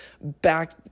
back